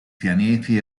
pianeti